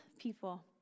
people